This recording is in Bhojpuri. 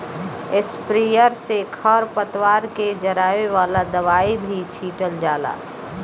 स्प्रेयर से खर पतवार के जरावे वाला दवाई भी छीटल जाला